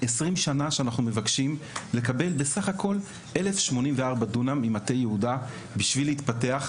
20 שנה שאנחנו מבקשים לקבל בסך הכל 108 דונם ממטה יהודה בשביל להתפתח,